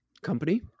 company